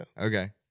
Okay